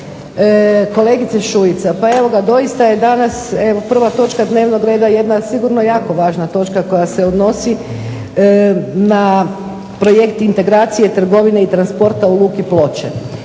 Kolegice Šuica, pa evo ga doista je danas prva točka dnevnog reda sigurno jako važna točka koja se odnosi na projekt integracije trgovine i transporta u Luki Ploče.